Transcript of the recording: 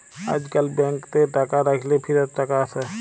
আইজকাল ব্যাংকেতে টাকা রাইখ্যে ফিরত টাকা আসে